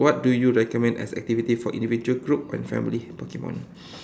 what do you recommend as activity for individual group and family Pokemon